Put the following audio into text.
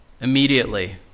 Immediately